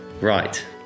Right